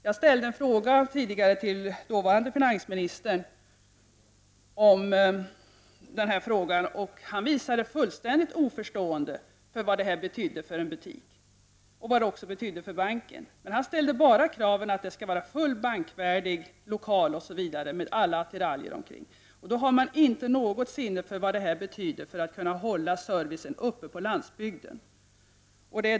Jag ställde tidigare en fråga till dåvarande finansministern om detta, och han visade sig då fullständigt oförstående till vad det innebär för butiken och för banken. Han var bara inställd på att ställa krav på fullt bankvärdig lokal med all tillhörande utrustning. Då har man inget sinne för vad detta betyder för upprätthållande av servicen ute på landsbygden.